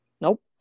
nope